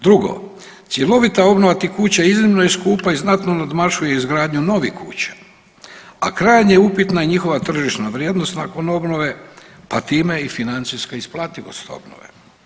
Drugo, cjelovita obnova tih kuća iznimno je skupa i znatno nadmašuje izgradnju novih kuća, a krajnje je upitna i njihova tržišna vrijednost nakon obnove pa time i financijska isplativost obnove.